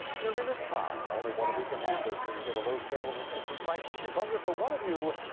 you're in a tie. only one of you can have this. when you hear the little so ale of the century price, hit your buzzer. for one of you,